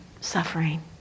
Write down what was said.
suffering